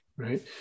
Right